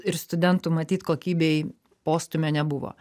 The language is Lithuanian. ir studentų matyt kokybei postūmio nebuvo